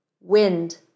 wind